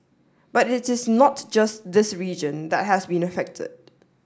but it is not just this region that has been affected